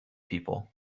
people